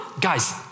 guys